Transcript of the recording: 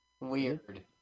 Weird